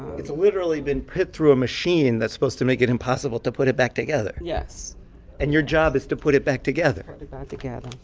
it's literally been put through a machine that's supposed to make it impossible to put it back together yes and your job is to put it back together put it back together.